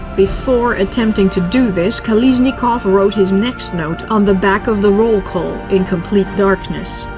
before attempting to do this, kolesnikov wrote his next note on the back of the roll-call in complete darkness.